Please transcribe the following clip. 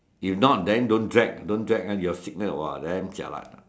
if not then don't drag don't drag your sickness !wah! damn jialat lah